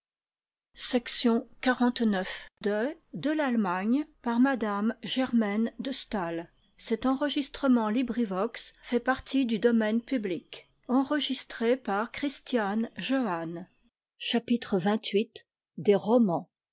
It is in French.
de m de